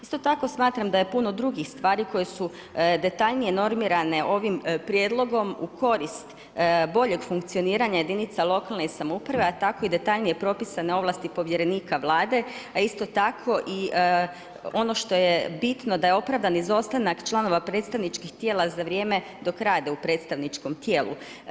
I sto tako smatram da je puno drugih stvari koje su detaljnije normirane ovim prijedlogom u korist boljeg funkcioniranja jedinica lokalne samouprave a tako i detaljnije propisane ovlasti povjerenika Vlade a isto tako i ono što je bitno da je opravdan izostanak članova predstavničkih tijela za vrijeme dok rade u predstavničkom tijelu.